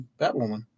Batwoman